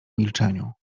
milczeniu